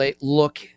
look